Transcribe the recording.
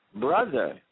brother